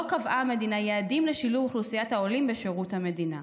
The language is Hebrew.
לא קבעה המדינה יעדים לשילוב אוכלוסיית העולים בשירות המדינה.